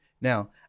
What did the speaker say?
Now